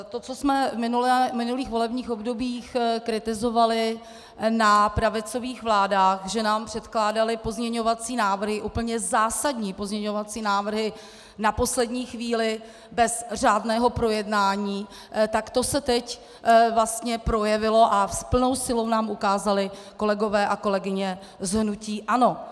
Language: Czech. To, co jsme v minulých volebních obdobích kritizovali na pravicových vládách, že nám předkládaly pozměňovací návrhy, úplně zásadní pozměňovací návrhy na poslední chvíli, bez řádného projednání, tak to se teď vlastně projevilo a s plnou silou nám ukázali kolegové a kolegyně z hnutí ANO.